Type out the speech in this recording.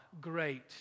great